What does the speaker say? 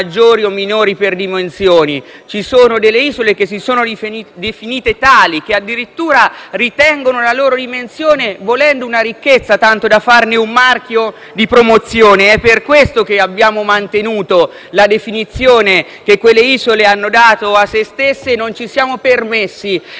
ci sono delle isole che si sono definite tali, che addirittura, volendo, ritengono la loro dimensione una ricchezza, tanto da farne un marchio di promozione. È per questo che abbiamo mantenuto la definizione che quelle isole hanno dato di loro stesse e non ci siamo permessi di modificarla con una forzatura.